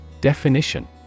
Definition